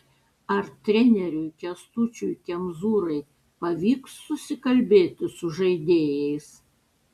ar treneriui kęstučiui kemzūrai pavyks susikalbėti su žaidėjais